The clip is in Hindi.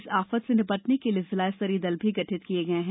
इस आफत से निपटने के लिए जिला स्तरीय दल भी गठित किया गया हैं